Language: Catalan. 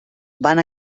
van